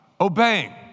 obeying